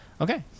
Okay